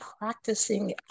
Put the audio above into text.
practicing